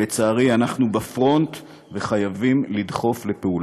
לצערי, אנחנו בפרונט וחייבים לדחוף לפעולה.